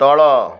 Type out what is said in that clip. ତଳ